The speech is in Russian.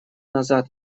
назад